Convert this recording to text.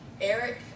Eric